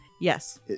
Yes